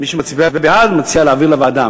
מי שמצביע בעד מציע להעביר לוועדה,